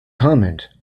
comment